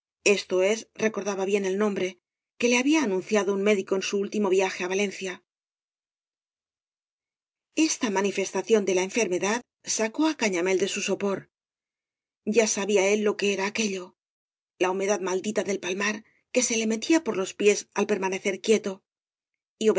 era la hinchazón de lo maleólos esto es recor daba bien el nombre que le había aounciado un médico en eu último viaje á valencia esta manifestación de la enfermedad sacó á cañamél de ñu sopor ya sabía él lo que era aquello la humedad maldita del palmar que se le me tía por los pies al permanecer quieto